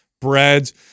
breads